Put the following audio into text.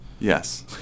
Yes